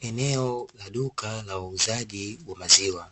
Eneo la duka la wauzaji wa maziwa.